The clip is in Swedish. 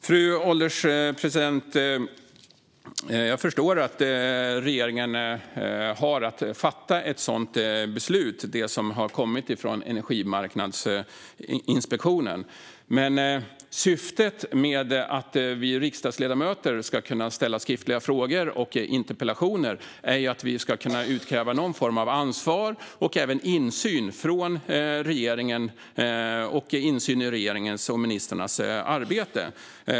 Fru ålderspresident! Jag förstår att regeringen har att fatta ett beslut om det som har kommit från Energimarknadsinspektionen. Men syftet med att vi riksdagsledamöter kan ställa skriftliga frågor och interpellationer är att vi ska kunna utkräva någon form av ansvar av regeringen och även insyn i regeringens och ministrarnas arbete.